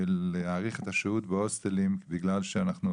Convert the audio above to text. להאריך את השהות בהוסטלים בגלל שאנחנו